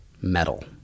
Metal